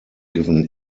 given